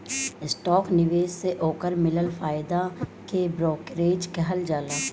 stock निवेश से ओकर मिलल फायदा के ब्रोकरेज कहल जाला